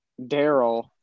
Daryl